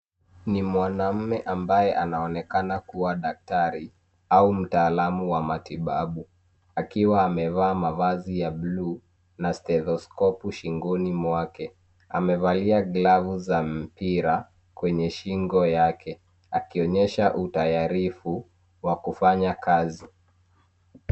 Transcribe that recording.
Ni mwanamume ambaye anaonekana kuwa daktari au mtaalamu wa matibabu akiwa amevaa mavazi ya buluu na stetoskopu shingoni mwake. Amevalia glavu za mpira kwenye shingo yake akionyesha utayarifu wa kufanya kazi.